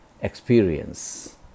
experience